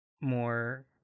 more